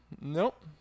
Nope